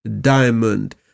Diamond